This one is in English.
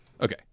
Okay